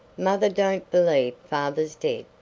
mother don't believe father's dead,